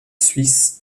suisse